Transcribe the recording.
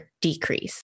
decrease